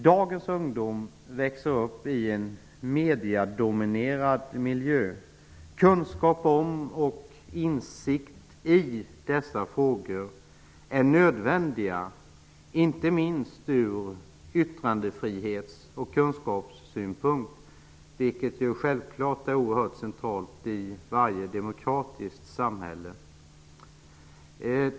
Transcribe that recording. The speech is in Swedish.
Dagens ungdom växer upp i en mediedominerad miljö. Kunskap om och insikt i dessa frågor är nödvändiga, inte minst ur yttrandefrihets och kunskapssynpunkt, vilket självfallet är oerhört centralt i varje demokratiskt samhälle.